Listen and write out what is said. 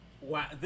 Wow